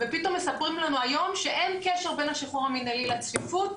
ופתאום מספרים לנו היום שאין קשר בין השחרור המנהלי לצפיפות.